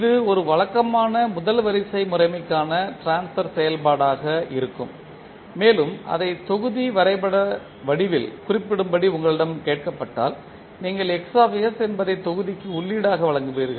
இது ஒரு வழக்கமான முதல் வரிசை முறைமைக்கான ட்ரான்ஸ்பர் செயல்பாடாக இருக்கும் மேலும் அதை தொகுதி வரைபட வடிவில் குறிப்பிடும்படி உங்களிடம் கேட்கப்பட்டால் நீங்கள் என்பதை தொகுதிக்கு உள்ளீடாக வழங்குவீர்கள்